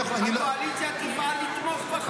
שהממשלה והקואליציה יפעלו לתמוך בחוק.